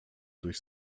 durch